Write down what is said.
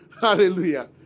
Hallelujah